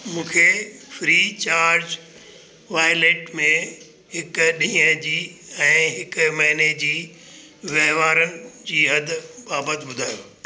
मूंखे free charge wallet में हिकु ॾींहुं जे ऐं हिक महीने जे वहिंवारनि जी हदि बाबति ॿुधायो